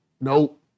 nope